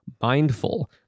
mindful